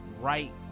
right